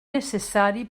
necessari